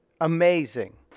Amazing